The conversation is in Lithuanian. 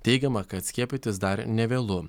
teigiama kad skiepytis dar nevėlu